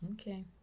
Okay